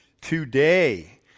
today